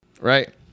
Right